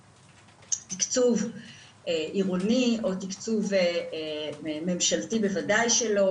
תיקצוב עירוני או תיקצוב ממשלתי בוודאי שלא.